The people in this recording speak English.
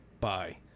Bye